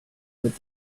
with